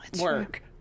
work